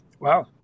Wow